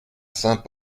saint